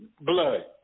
blood